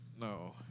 No